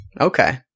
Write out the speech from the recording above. Okay